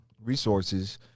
resources